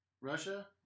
Russia